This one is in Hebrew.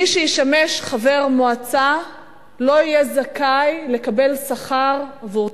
מי שישמש חבר מועצה לא יהיה זכאי לקבל שכר עבור תפקידו.